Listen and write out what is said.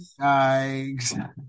Yikes